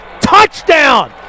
touchdown